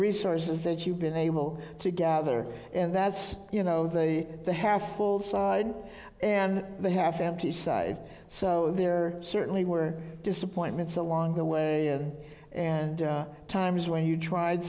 resources that you've been able to gather and that's you know the the half full side and the half empty side so there certainly were disappointments along the way and times when you tried